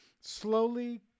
slowly